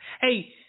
Hey